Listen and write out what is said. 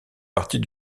partie